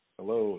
Hello